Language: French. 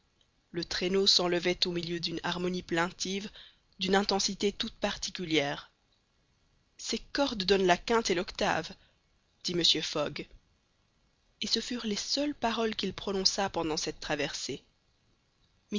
le traîneau s'enlevait au milieu d'une harmonie plaintive d'une intensité toute particulière ces cordes donnent la quinte et l'octave dit mr fogg et ce furent les seules paroles qu'il prononça pendant cette traversée